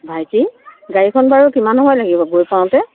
ভাইটি গাড়ীখন বাৰু কিমান সময় লাগিব গৈ পাওঁতে